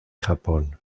japón